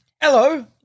Hello